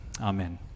Amen